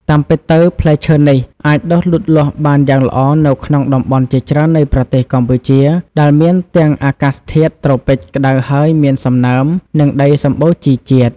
តាមពិតទៅ ផ្លែឈើនេះអាចដុះលូតលាស់បានយ៉ាងល្អនៅក្នុងតំបន់ជាច្រើននៃប្រទេសកម្ពុជា ដែលមានទាំងអាកាសធាតុត្រូពិចក្តៅហើយមានសំណើម និងដីសម្បូរជីជាតិ។